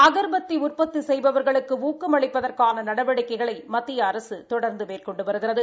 அகர்பத்தி உற்பத்தி செய்பவர்களுக்கு ஊக்கம் அளிப்பதற்கான நடவடிக்கைகளை மத்திய அரசு தொடா்ந்து மேற்கொண்டு வருகிறது